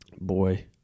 Boy